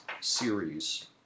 series